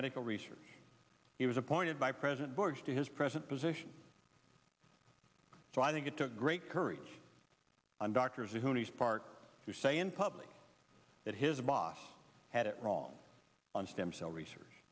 medical research he was appointed by president bush to his present position so i think it took great courage on doctors who he's part to say in public that his boss had it wrong on stem cell research